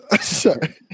sorry